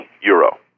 euro